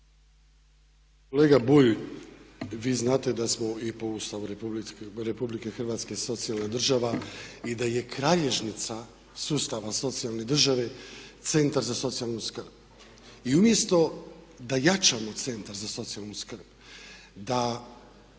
Kolega Bulj, vi znate da smo i po Ustavu Republike Hrvatske socijalna država i da je kralježnica sustava socijalne države Centar za socijalnu skrb. I umjesto da jačamo Centar za socijalnu skrb, da